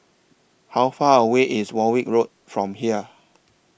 How Far away IS Warwick Road from here